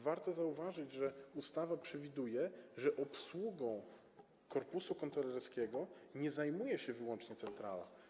Warto zauważyć, że ustawa przewiduje, że obsługą korpusu kontrolerskiego nie zajmuje się wyłącznie centrala.